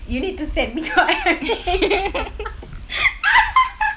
you need to send me to I_M_H